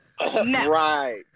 Right